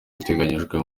iteganyijwe